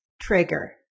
trigger